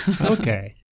Okay